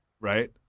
right